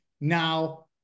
Now